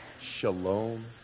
shalom